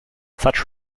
such